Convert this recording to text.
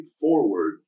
forward